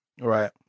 Right